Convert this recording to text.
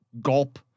gulp